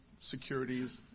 securities